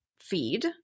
Feed